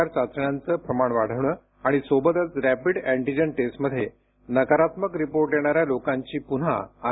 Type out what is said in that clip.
R चाचण्यांचं प्रमाण वाढविणं आणि सोबतच रॅपिड अँटीजन टेस्टमध्ये नकारात्मक रिपोर्ट येणाऱ्या लोकांची पुन्हा आर